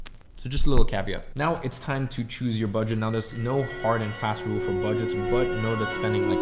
just a little caveat. now it's time to choose your budget. now, there's no hard and fast rule for budgets, but know that spending like